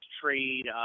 trade